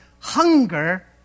hunger